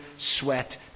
sweat